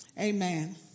Amen